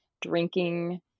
drinking